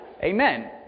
amen